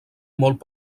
molt